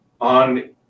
on